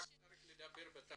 רק לדבר בתמצית.